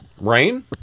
Rain